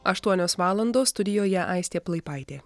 aštuonios valandos studijoje aistė plaipaitė